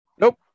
nope